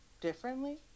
differently